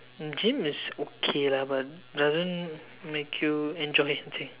gym is okay lah but doesn't make you enjoy I think